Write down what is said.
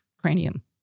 cranium